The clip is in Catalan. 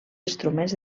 instruments